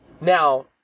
Now